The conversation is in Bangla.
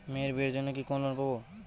মেয়ের বিয়ের জন্য কি কোন লোন পাব?